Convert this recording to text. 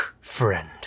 friend